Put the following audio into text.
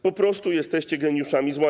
Po prostu jesteście geniuszami zła.